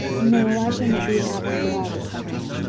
no, i shall not be in avonlea at all this summer, anne.